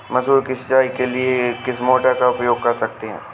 मसूर की सिंचाई के लिए किस मोटर का उपयोग कर सकते हैं?